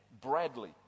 bradley